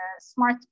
smart